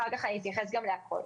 אחר כך אתייחס לכול.